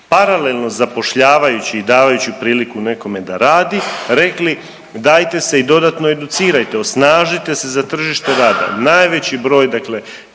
paralelno zapošljavajući i davajući priliku nekome da radi rekli dajte se i dodatno educirajte, osnažite se za tržište rada, najveći broj dakle